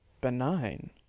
Benign